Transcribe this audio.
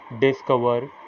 discover